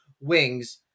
wings